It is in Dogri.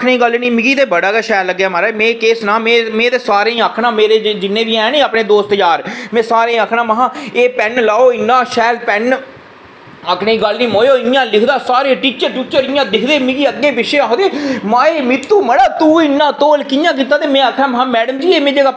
ते आक्खने दी गल्ल निं मिगी ते बड़ा शैल लग्गेआ म्हाराज ते केह् सनांऽ में ते सारेंगी आक्खना कि जिन्ने बी हैन ना दोस्त यार में सारें गी आक्खना कि एह् पेन लैओ इन्ना शैल पेन ते आक्खनै दी गल्ल निं इंया लिखदा की सारे टीचर इंया दिक्खदे मिगी आखदे कि अग्गें पिच्छें माए मीतू मड़ा तो इन्ना तौल कि'यां कीता ते में आक्खेआ कि मैडम जी एह् जेह्ड़ा मेरा पेन ऐ